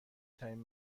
ترین